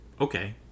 Okay